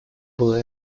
было